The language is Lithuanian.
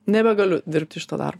nebegaliu dirbti šito darbo